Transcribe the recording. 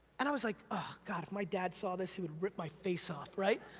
and i was like, oh, god, if my dad saw this, he would rip my face off, right?